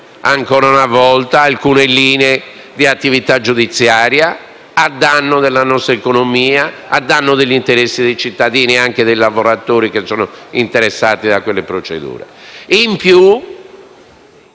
ancora una volta alcune linee di attività giudiziaria a danno della nostra economia, dell'interesse dei cittadini e anche dei lavoratori interessati da quelle procedure.